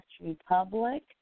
Republic